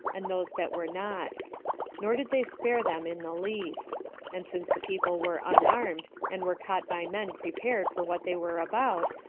and those that were not nor did they spare them in the least and since the people were unarmed, and were caught by men prepared for what they were about,